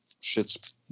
shit's